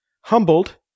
Humbled